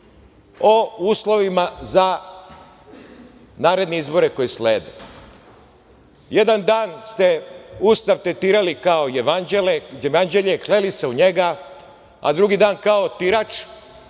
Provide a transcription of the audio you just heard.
o uslovima za naredne izbore koji slede. Jedan dan ste Ustav tretirali kao Jevanđelje, kleli se u njega, a drugi dan kao otirač,